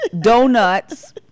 donuts